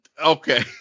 Okay